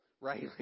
Right